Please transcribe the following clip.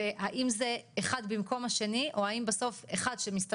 והאם זה אחד במקום השני או אחד שמסתמך